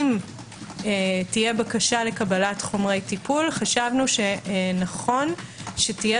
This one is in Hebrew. אם תהיה בקשה לקבלת חומרי טיפול חשבנו שנכון שתהיה